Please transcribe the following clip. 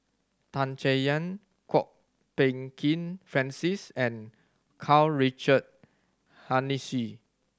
Tan Chay Yan Kwok Peng Kin Francis and Karl Richard Hanitsch